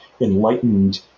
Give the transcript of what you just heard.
enlightened